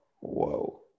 whoa